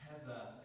Heather